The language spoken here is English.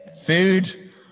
food